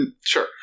Sure